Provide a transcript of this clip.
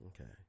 Okay